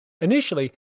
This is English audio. Initially